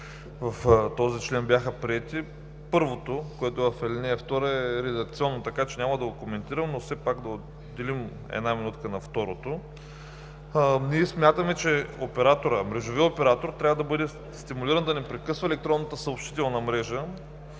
в този член бяха приети. Първото, което е в ал. 2, е редакционно, така че няма да го коментирам. Все пак да отделим една минутка на второто. Ние смятаме, че мрежовият оператор трябва да бъде стимулиран да не прекъсва електронната съобщителна мрежа